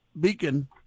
Beacon